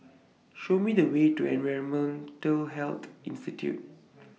Show Me The Way to Environmental Health Institute